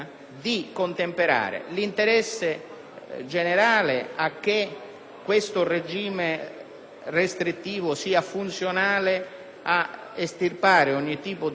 generale a che questo regime restrittivo sia funzionale a estirpare ogni tipo di collegamento, di